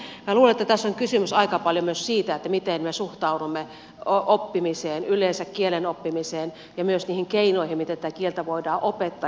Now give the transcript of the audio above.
minä luulen että tässä on kysymys aika paljon myös siitä miten me suhtaudumme oppimiseen yleensä kielen oppimiseen ja myös niihin keinoihin miten tätä kieltä voidaan opettaa